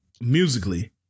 musically